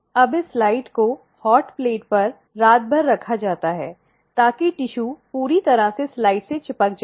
अब इस स्लाइड को गर्म प्लेट पर रात भर रखा जाता है ताकि ऊतक पूरी तरह से स्लाइड से चिपक जाए